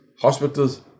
hospitals